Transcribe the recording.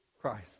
Christ